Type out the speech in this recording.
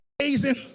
amazing